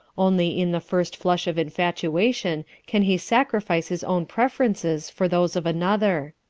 only in the first flush of infatuation can he sacrifice his own preferences for those of another.